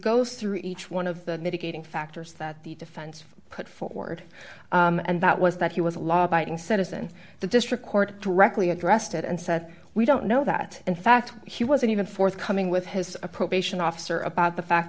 goes through each one of the mitigating factors that the defense put forward and that was that he was a law abiding citizen the district court directly addressed it and said we don't know that in fact he wasn't even forthcoming with his probation officer about the fact